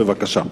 בבקשה.